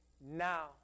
now